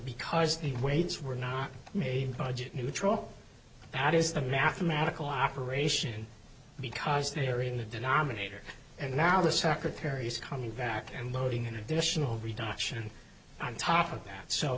because the weights were not made budget neutral that is the mathematical operation because they are in the denominator and now the secretary is coming back and loading an additional reduction on top of that so